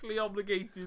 obligated